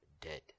dead